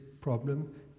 problem